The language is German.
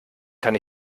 kann